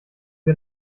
wir